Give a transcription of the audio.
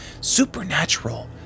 supernatural